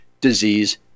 disease